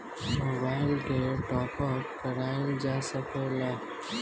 Mobile के top आप कराइल जा सकेला का?